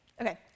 Okay